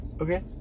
Okay